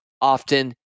often